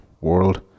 world